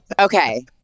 okay